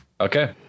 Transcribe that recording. Okay